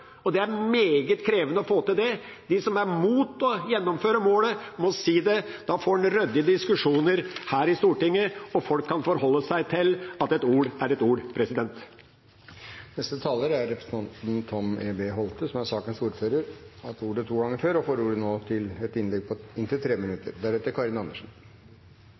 år. Det er meget krevende å få til det. De som er imot å gjennomføre målene, må si det. Da får en ryddige diskusjoner her i Stortinget og folk kan forholde seg til at et ord er et ord. Neste taler er representanten Tom E.B. Holthe, som er sakens ordfører. Han har hatt ordet to ganger tidligere og får ordet til et innlegg på inntil 3 minutter.